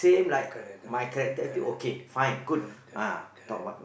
correct correct correct ya correct correct correct